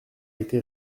été